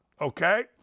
okay